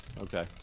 okay